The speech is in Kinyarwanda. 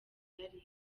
byari